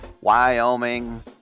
Wyoming